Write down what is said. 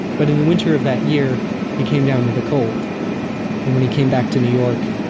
but in the winter of that year he came down with a cold and when he came back to new york.